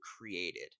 created